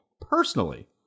personally